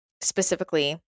specifically